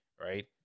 right